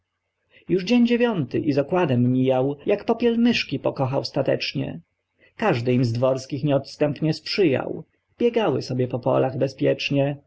już dzień dziewiąty i z okładem mijał już popiel myszki pokochał statecznie każdy im z dworskich nieodstępnie sprzyjał biegały sobie po polach bezpiecznie